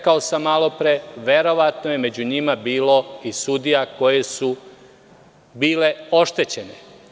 Malopre sam rekao, verovatno je među njima bilo i sudija koje su bile oštećene.